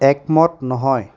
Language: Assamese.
একমত নহয়